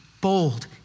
bold